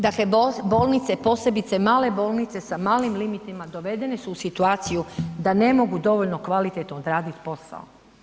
Dakle, bolnice, posebice male bolnice, sa malim limitima dovedene su u situaciju da ne mogu dovoljno kvalitetno odradit posao.